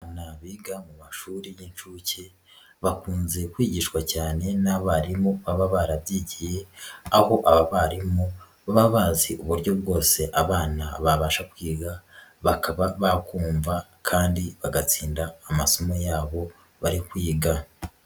Abana biga mu mashuri y'inshuke bakunze kwigishwa cyane n'abarimu baba barabyigiye aho aba barimu baba bazi uburyo bwose abana babasha kwiga bakaba bakumva kandi bagatinda amasomo yabo bari kwiga.